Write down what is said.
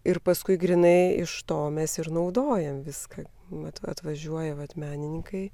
ir paskui grynai iš to mes ir naudojam viską vat atvažiuoja vat menininkai